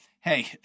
Hey